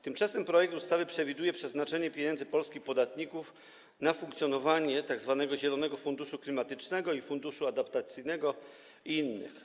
Tymczasem projekt ustawy przewiduje przeznaczenie pieniędzy polskich podatników na funkcjonowanie tzw. Zielonego Funduszu Klimatycznego i Funduszu Adaptacyjnego, i innych.